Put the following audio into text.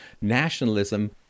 nationalism